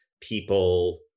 people